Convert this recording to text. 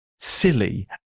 silly